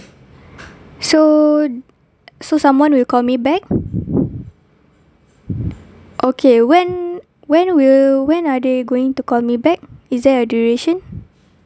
so so someone will call me back okay when when will when are they going to call me back is there a duration